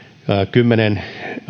kymmenen